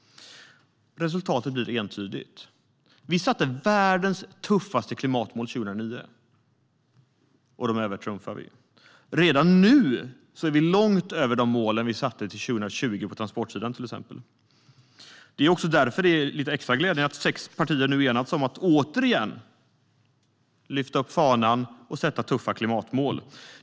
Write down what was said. Resultatet är entydigt. Vi uppsatte världens tuffaste klimatmål 2009, och dem övertrumfar vi. Redan nu ligger vi långt över de mål som vi satte upp till 2020 till exempel på transportsidan. Det är också därför extra glädjande att sex partier nu enats om att återigen hissa fanan och sätta upp tuffa klimatmål.